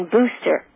Booster